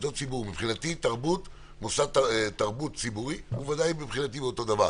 מבחינתי מוסד תרבות ציבורי הוא בוודאי אותו דבר.